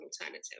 alternative